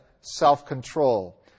self-control